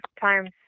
times